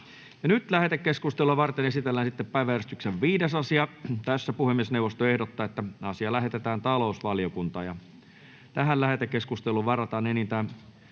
Lähetekeskustelua varten esitellään päiväjärjestyksen 5. asia. Puhemiesneuvosto ehdottaa, että asia lähetetään talousvaliokuntaan. Lähetekeskusteluun varataan enintään